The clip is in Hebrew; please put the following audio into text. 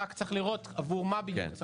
רק צריך לראות עבור מה בדיוק צריך להכפיל.